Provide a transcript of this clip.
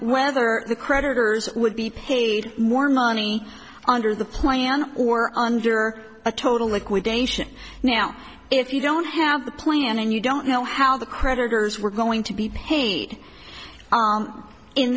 whether the creditors would be paid more money under the plan or under a total liquidation now if you don't have the plan and you don't know how the creditors were going to be paid